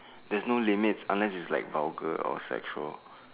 there's no limits unless it's like vulgar or sexual